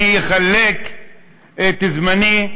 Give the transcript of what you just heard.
אני אחלק את זמני,